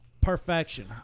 perfection